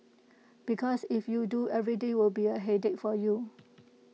because if you do every day will be A headache for you